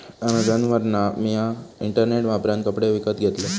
अॅमेझॉनवरना मिया इंटरनेट वापरान कपडे विकत घेतलंय